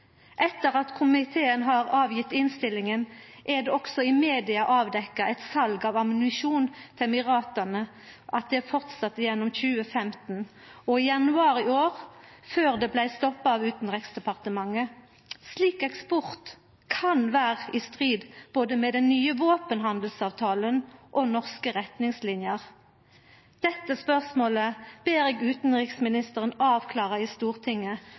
Etter at komiteen har lagt fram innstillinga, er det òg i media avdekt eit sal av ammunisjon til Emirata, at det heldt fram gjennom 2015 og i januar i år før det blei stoppa av Utanriksdepartementet. Slik eksport kan vera i strid både med den nye våpenhandelsavtalen og med norske retningslinjer. Dette spørsmålet ber eg utanriksministeren avklara i Stortinget